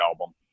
album